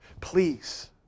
please